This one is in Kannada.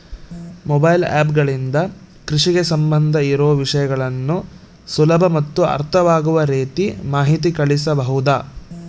ಮೊಬೈಲ್ ಆ್ಯಪ್ ಗಳಿಂದ ಕೃಷಿಗೆ ಸಂಬಂಧ ಇರೊ ವಿಷಯಗಳನ್ನು ಸುಲಭ ಮತ್ತು ಅರ್ಥವಾಗುವ ರೇತಿ ಮಾಹಿತಿ ಕಳಿಸಬಹುದಾ?